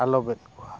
ᱟᱞᱚ ᱜᱮᱫ ᱠᱚᱣᱟ